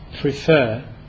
prefer